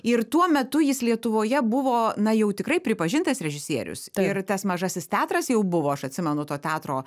ir tuo metu jis lietuvoje buvo na jau tikrai pripažintas režisierius ir tas mažasis teatras jau buvo aš atsimenu to teatro